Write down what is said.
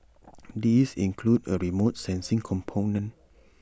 this includes A remote sensing component